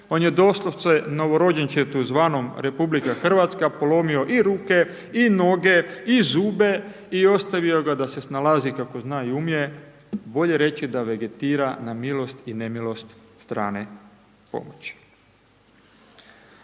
on je doslovce novorođenčetu zvanom Republika Hrvatska polomio i ruke i noge i zube i ostavio ga da se snalazi kako zna i umije, bolje reći da vegetira na milost i nemilost strane pomoći.